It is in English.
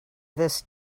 this